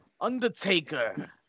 Undertaker